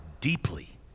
deeply